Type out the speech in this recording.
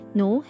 no